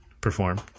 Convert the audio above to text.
perform